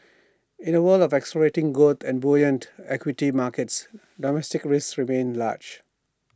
in A world of accelerating growth and buoyant equity markets domestic risks remain large